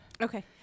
Okay